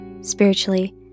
spiritually